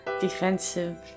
defensive